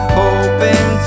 hoping